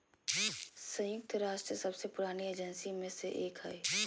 संयुक्त राष्ट्र सबसे पुरानी एजेंसी में से एक हइ